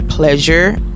pleasure